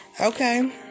Okay